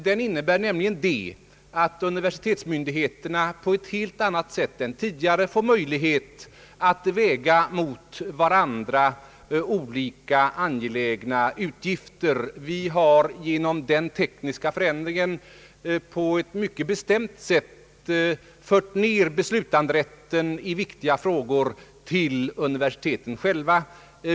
Den innebär nämligen att universitetsmyndigheterna på ett helt annat sätt än tidigare får möjlighet att väga mot varandra olika angelägna utgifter. Vi har genom den tekniska förändringen på ett mycket bestämt sätt fört ned beslutanderätten i viktiga frågor till universiteten själva.